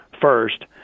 first